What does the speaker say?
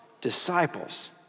Disciples